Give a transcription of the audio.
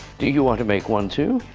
do you want to make one too?